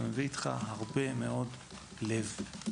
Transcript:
אתה מביא איתך הרבה מאוד לב.